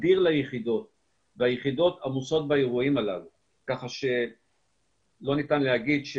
הוקמו כוחות משימה ייעודיים בכלל המחוזות הללו כדי לתת את